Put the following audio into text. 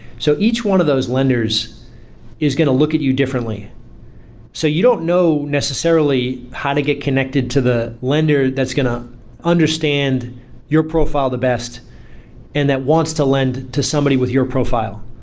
so each one of those lenders is going to look at you differently so you don't know necessarily how to get connected to the lender that's going to understand your profile the best and that wants to lend to somebody with your profile.